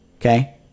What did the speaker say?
Okay